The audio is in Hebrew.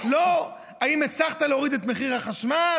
לא, האם הצלחת להוריד את מחיר החשמל?